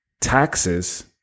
taxes